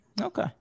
okay